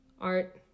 art